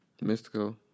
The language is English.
Mystical